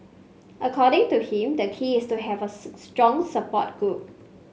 according to him the key is to have a strong support group